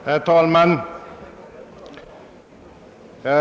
Herr talman!